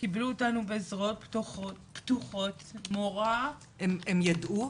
קיבלו אותנו בזרועות פתוחות, מורה --- הם ידעו?